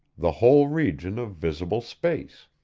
the whole region of visible space.